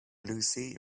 lucy